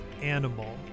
animal